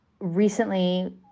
recently